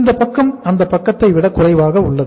இந்தப் பக்கம் அந்தப் பக்கத்தை விட குறைவாக உள்ளது